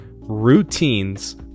routines